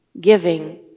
giving